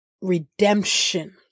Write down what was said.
redemption